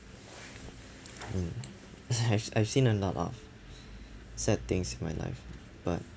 mm hash~ I've seen a lot of sad things in my life but